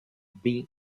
been